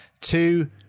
two